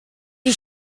die